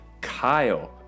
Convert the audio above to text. Kyle